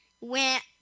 went